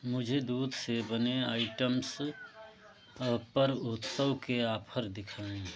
मुझे दूध से बने आइटम्स पर उत्सव के आफर दिखाएँ